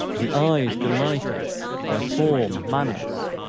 the eye is delighted by form, manners,